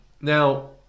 Now